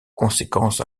conséquence